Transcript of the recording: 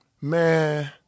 man